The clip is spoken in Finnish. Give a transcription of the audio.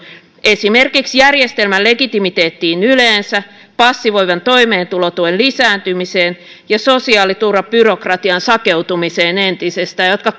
esimerkiksi järjestelmän legitimiteettiin yleensä passivoivan toimeentulotuen lisääntymiseen ja sosiaaliturvan byrokratian sakeutumiseen entisestään jotka